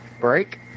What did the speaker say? Break